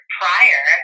prior